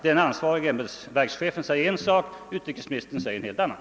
Den ansvarige ämbets verkschefen säger en sak och utrikesministern en helt annan.